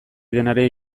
denari